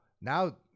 now